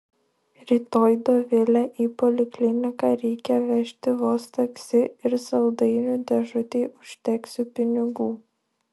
rytoj dovilę į polikliniką reikia vežti vos taksi ir saldainių dėžutei užteksiu pinigų